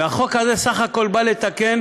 והחוק הזה בסך הכול בא לתקן,